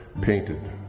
painted